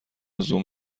زوم